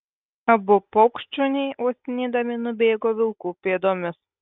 abu paukštšuniai uostinėdami nubėgo vilkų pėdomis